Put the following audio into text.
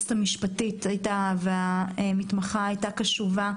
היועצת המשפטית והמתמחה היו קשובות,